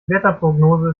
wetterprognose